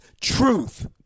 truth